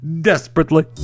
Desperately